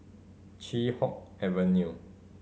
Chee Hoon Avenue